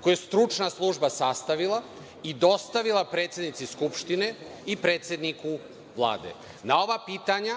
koja je stružna služba sastavila i dostavila predsednici Skupštine i predsedniku Vlade. Na ova pitanja